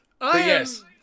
yes